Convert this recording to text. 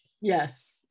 Yes